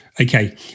Okay